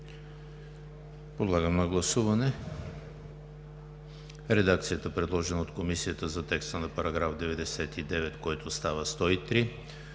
Подлагам на гласуване редакцията, предложена от Комисията за текста на § 142, който става §